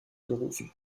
gerufen